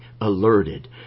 alerted